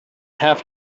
have